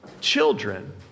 children